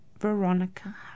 Veronica